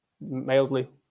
mildly